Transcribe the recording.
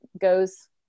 goes